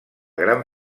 gran